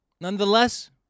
Nonetheless